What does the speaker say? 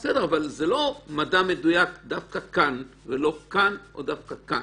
אבל זה לא מדע מדויק שדווקא כאן ולא כאן או דווקא כאן,